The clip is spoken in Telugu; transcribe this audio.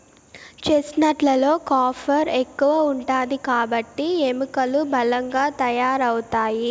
చెస్ట్నట్ లలో కాఫర్ ఎక్కువ ఉంటాది కాబట్టి ఎముకలు బలంగా తయారవుతాయి